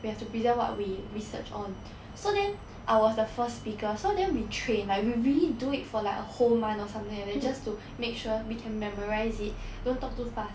we have to present what we research on so then I was the first speaker so then we train like we really do it for like a whole month or something like that just to make sure we can memorise it don't talk too fast